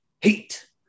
Heat